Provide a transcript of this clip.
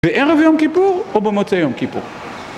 בערב יום כיפור או במוצאי יום כיפור?